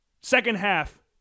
second-half